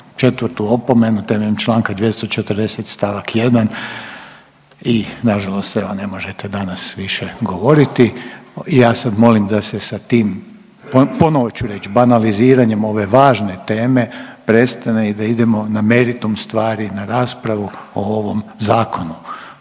dati 4. opomenu temeljem čl. 240. st. 1. i nažalost evo ne možete danas više govoriti. Ja sad molim da se sa tim, ponovo ću reć, banaliziranjem ove važne teme prestane i da idemo na meritum stvari, na raspravu o ovom zakonu,